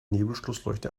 nebelschlussleuchte